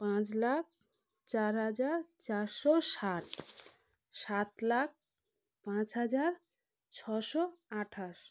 পাঁচ লাখ চার হাজার চারশো ষাট সাত লাখ পাঁচ হাজার ছশো আঠাশ